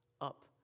Up